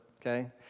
okay